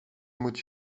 moet